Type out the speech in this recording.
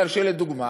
כי לדוגמה,